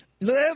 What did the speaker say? Live